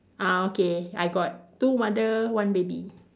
ah okay I got two mother one baby